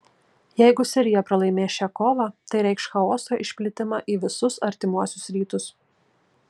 jeigu sirija pralaimės šią kovą tai reikš chaoso išplitimą į visus artimuosius rytus